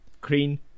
Clean